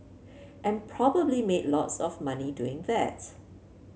and probably made lots of money doing that